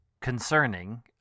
concerning